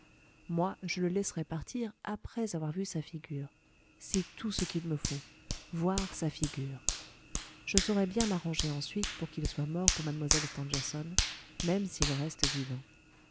moi je le laisserai partir après avoir vu sa figure c'est tout ce qu'il me faut voir sa figure je saurai bien m'arranger ensuite pour qu'il soit mort pour mlle stangerson même s'il reste vivant